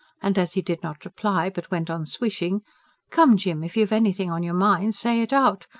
and as he did not reply, but went on swishing come, jim, if you've anything on your mind, say it out.